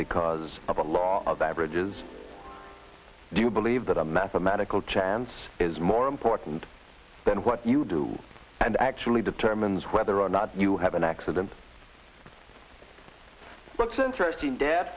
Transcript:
because of the law of averages do you believe that a mathematical chance is more important than what you do and actually determines whether or not you have an accident what's interesting d